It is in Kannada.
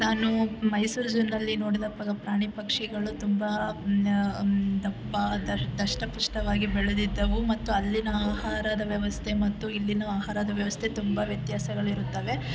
ನಾನು ಮೈಸೂರು ಝೂನಲ್ಲಿ ನೋಡಿದ ಪಗ ಪ್ರಾಣಿ ಪಕ್ಷಿಗಳು ತುಂಬ ದಪ್ಪ ದಷ್ಟಪುಷ್ಟವಾಗಿ ಬೆಳೆದಿದ್ದವು ಮತ್ತು ಅಲ್ಲಿನ ಆಹಾರದ ವ್ಯವಸ್ಥೆ ಮತ್ತು ಇಲ್ಲಿನ ಆಹಾರದ ವ್ಯವಸ್ಥೆ ತುಂಬ ವ್ಯತ್ಯಾಸಗಳಿರುತ್ತವೆ